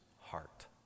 heart